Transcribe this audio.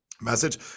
message